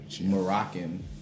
Moroccan